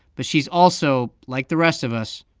but she's also, like the rest of us,